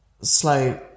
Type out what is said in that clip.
slow